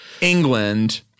England